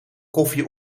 koffie